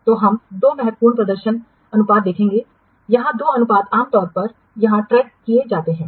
तो हम दो महत्वपूर्ण प्रदर्शन अनुपात देखेंगे यहां दो अनुपात आमतौर पर यहां ट्रैक किए जाते हैं